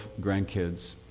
grandkids